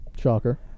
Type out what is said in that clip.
Shocker